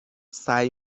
سعی